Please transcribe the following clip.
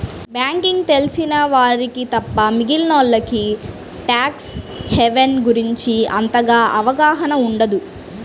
banking తెలిసిన వారికి తప్ప మిగిలినోల్లకి ట్యాక్స్ హెవెన్ గురించి అంతగా అవగాహన ఉండదు